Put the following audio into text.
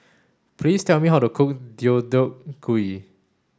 please tell me how to cook Deodeok Gui